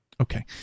Okay